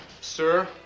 sir